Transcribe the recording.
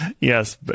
Yes